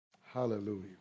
Hallelujah